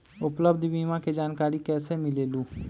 उपलब्ध बीमा के जानकारी कैसे मिलेलु?